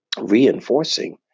Reinforcing